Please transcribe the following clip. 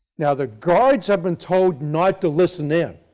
now the guards have been told not to listen in,